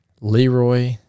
Leroy